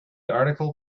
article